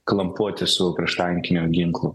klampoti su prieštankiniu ginklu